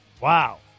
Wow